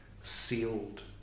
Sealed